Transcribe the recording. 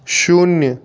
शून्य